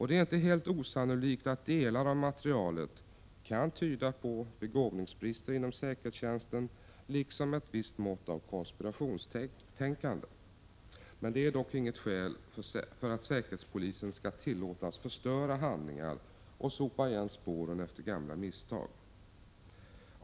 Det är inte helt osannolikt att delar av materialet kan tyda på begåvningsbrister inom säkerhetstjänsten liksom på ett visst mått av konspirationstänkande. Detta är dock inget skäl för att säkerhetspolisen skall tillåtas förstöra handlingar och sopa igen spåren efter gamla misstag.